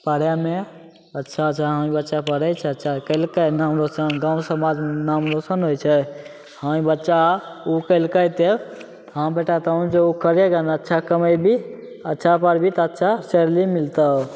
पढ़ैमे अच्छा छै हँ ई बच्चा पढ़ै छै अच्छा कएलकै नाम रोशन गाम समाजमे नाम रोशन होइ छै हँ ई बच्चा ओ कएलकै तऽ हँ बेटा तहूँ जो ओ करेगा ने अच्छा कमेबही अच्छा पढ़बही तऽ अच्छा सैलरी मिलतौ